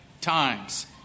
times